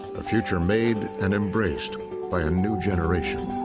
a future made and embraced by a new generation.